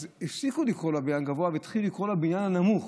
אז הפסיקו לקרוא לו "הבניין הגבוה" והתחילו לקרוא לו "הבניין הנמוך",